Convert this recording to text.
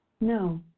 No